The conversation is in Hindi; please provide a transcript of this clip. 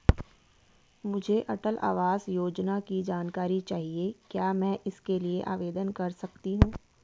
मुझे अटल आवास योजना की जानकारी चाहिए क्या मैं इसके लिए आवेदन कर सकती हूँ?